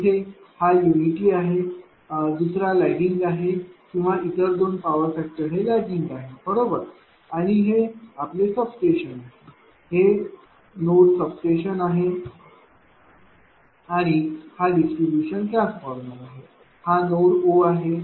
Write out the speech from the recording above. तर इथे हा युनिटी आहे दुसरा लैगिंग आहे किंवा इतर दोन पॉवर फॅक्टर हे लैगिंग आहेत बरोबर आणि हे आपले सबस्टेशन आहे हे नोड सबस्टेशन आहे आणि हा डिस्ट्रीब्यूशन ट्रान्सफॉर्मर आहे हा नोड O आहे